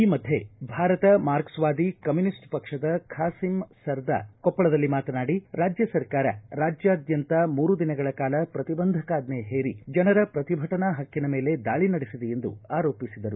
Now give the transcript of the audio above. ಈ ಮಧ್ಯೆ ಭಾರತ ಮಾರ್ಕ್ಲೆವಾದಿ ಕಮ್ಮನಿಸ್ಟ್ ಪಕ್ಷದ ಖಾಸಿಮ್ ಸರ್ದಾ ಕೊಪ್ಪಳದಲ್ಲಿ ಮಾತನಾಡಿ ರಾಜ್ಯ ಸರ್ಕಾರ ರಾಜ್ಯಾದ್ಯಂತ ಮೂರು ದಿನಗಳ ಕಾಲ ಪ್ರತಿಬಂಧಕಾಜ್ಞೆ ಹೇರಿ ಜನರ ಪ್ರತಿಭಟನಾ ಹಕ್ಕಿನ ಮೇಲೆ ದಾಳಿ ನಡೆಸಿದೆಯೆಂದು ಆರೋಪಿಸಿದರು